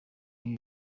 ibi